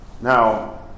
now